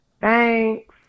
Thanks